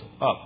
up